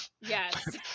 yes